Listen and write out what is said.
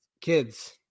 kids